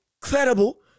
credible